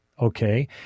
Okay